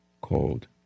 called